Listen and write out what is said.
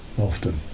Often